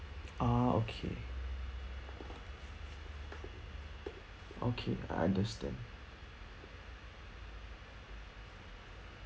ah okay okay I understand